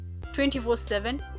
24-7